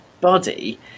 body